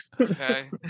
Okay